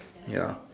ya